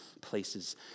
places